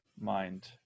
mind